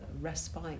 respite